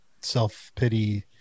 self-pity